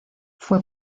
fue